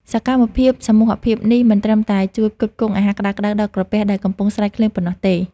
សកម្មភាពសមូហភាពនេះ មិនត្រឹមតែជួយផ្គត់ផ្គង់អាហារក្ដៅៗដល់ក្រពះដែលកំពុងស្រេកឃ្លានប៉ុណ្ណោះទេ។